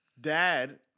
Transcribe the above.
Dad